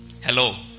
Hello